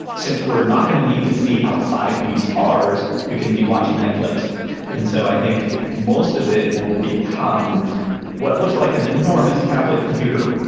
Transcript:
since we're not going to need to see outside these cars, we can be watching netflix and so i think most of it will become what looks like an enormous tablet computer.